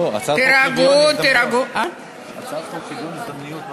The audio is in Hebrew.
לא, הצעת חוק שוויון ההזדמנויות בעבודה.